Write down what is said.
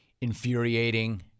infuriating